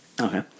Okay